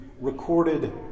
recorded